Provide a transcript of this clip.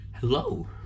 Hello